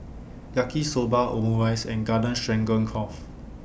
Yaki Soba Omurice and Garden Stroganoff